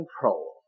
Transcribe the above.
control